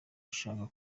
ashaka